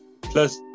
Plus